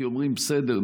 כי אומרים: בסדר,